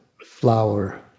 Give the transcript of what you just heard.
flower